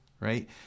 right